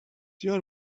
your